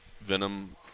Venom